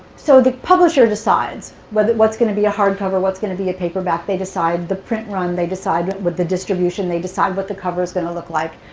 so the publisher decides what's going to be a hardcover, what's going to be a paperback. they decide the print run, they decide what the distribution, they decide what the cover's going to look like.